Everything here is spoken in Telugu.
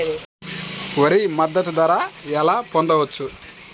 వరి మద్దతు ధర ఎలా పొందవచ్చు?